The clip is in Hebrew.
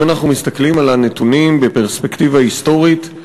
אם אנחנו מסתכלים על הנתונים בפרספקטיבה היסטורית,